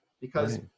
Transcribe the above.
because-